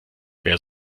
wer